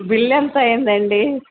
bill ఎంత అయిందండి